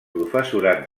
professorat